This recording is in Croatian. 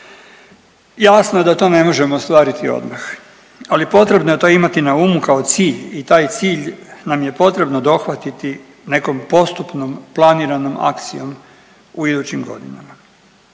Jasno je da to ne možemo ostvariti odmah, ali potrebno je to imati na umu kao cilj i taj cilj nam je potrebno dohvatiti nekom postupnom planiranom akcijom u idućim godinama.